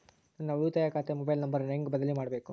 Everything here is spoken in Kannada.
ನನ್ನ ಉಳಿತಾಯ ಖಾತೆ ಮೊಬೈಲ್ ನಂಬರನ್ನು ಹೆಂಗ ಬದಲಿ ಮಾಡಬೇಕು?